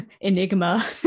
enigma